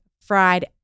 fried